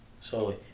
Slowly